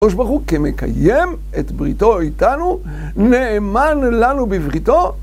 הקדוש ברוך הוא כמקיים את בריתו איתנו, נאמן לנו בבריתו.